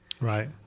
Right